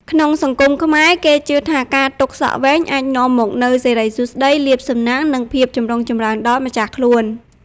ក្នុងសង្គមខ្មែរ គេជឿថាការទុកសក់វែងអាចនាំមកនូវ សិរីសួស្តី លាភសំណាង និងភាពចម្រុងចម្រើន ដល់ម្ចាស់ខ្លួន។